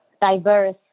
diverse